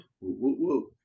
woo